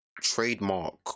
Trademark